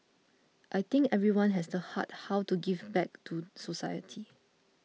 I think everyone has the heart how to give back to society